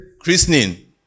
christening